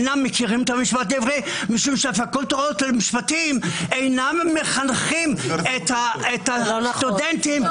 משום שהפקולטאות למשפטים אינם מחנכים את הסטודנטים